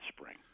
spring